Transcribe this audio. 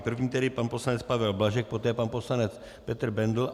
První tedy pan poslanec Pavel Blažek, poté pan poslanec Petr Bendl.